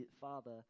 Father